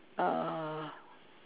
uh